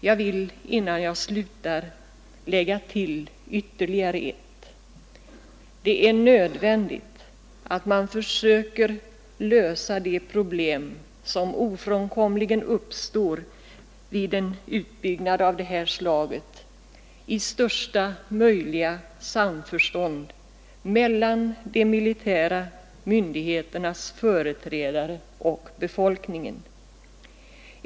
Jag vill innan jag slutar lägga till ytterligare ett: Det är nödvändigt att man försöker lösa de problem som ofrånkomligen uppstår vid en utbyggnad av det här slaget i största möjliga samförstånd mellan de militära myndigheternas företrädare och befolkningen.